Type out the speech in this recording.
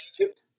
Egypt